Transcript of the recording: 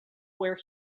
where